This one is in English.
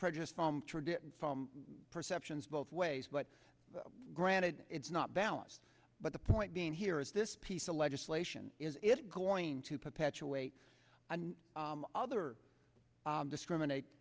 prejudice from tradition from perceptions both ways but granted it's not balanced but the point being here is this piece of legislation is it going to perpetuate and other discriminate